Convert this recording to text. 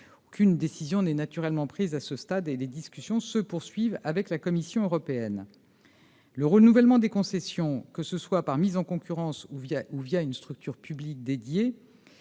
aucune décision n'est prise à ce stade : les discussions se poursuivent avec la Commission européenne. Le renouvellement des concessions, par le biais d'une mise en concurrence ou une structure publique dédiée,